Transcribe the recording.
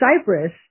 Cyprus